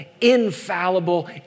infallible